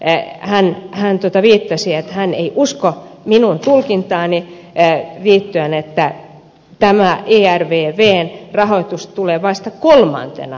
hän viittasi että hän ei usko minun tulkintaani liittyen että tämä ervvn rahoitus tulee vasta kolmantena